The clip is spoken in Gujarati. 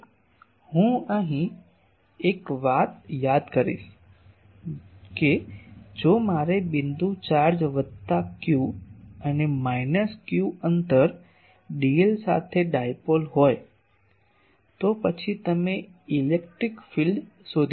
હવે હું અહીં એક વાત યાદ કરીશ કે જો મારે બિંદુ ચાર્જ વત્તા ક્યુ અને માઈનસ ક્યૂ અંતર dl સાથે ડાયપોલ હોય તો પછી તમે ઇલેક્ટ્રિક ફીલ્ડ શોધી શકો છો